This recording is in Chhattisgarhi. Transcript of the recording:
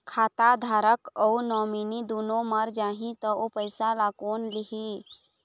खाता धारक अऊ नोमिनि दुनों मर जाही ता ओ पैसा ला कोन लिही?